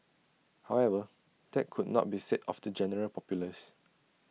however that could not be said of the general populace